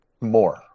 more